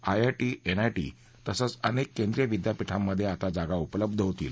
IIT जुआयटी तसंच अनेक केंद्रीय विद्यापीठांमध्ये आता जागा उपलब्ध होतील